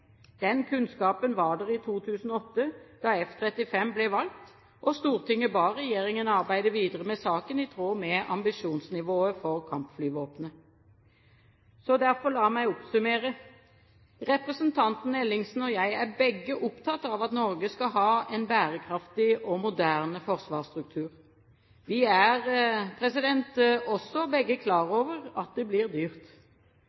Den kunnskapen var der i 2008 da F-35 ble valgt og Stortinget ba regjeringen arbeide videre med saken i tråd med ambisjonsnivået for kampflyvåpenet. La meg derfor oppsummere: Representanten Ellingsen og jeg er begge opptatt av at Norge skal ha en bærekraftig og moderne forsvarsstruktur. Vi er også begge klar